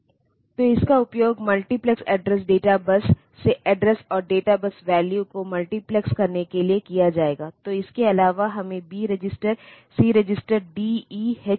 तो वहाँ यह केवल कॉम्पैक्टनेस के लिए हेक्साडेसिमल फॉर्मेट में दिखाई देगा